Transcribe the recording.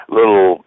little